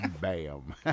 Bam